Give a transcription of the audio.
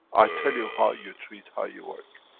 i tell you how you treat, how you work.